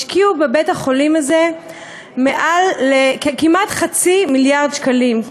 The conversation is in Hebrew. השקיעו בבית-החולים הזה כמעט חצי מיליארד שקלים,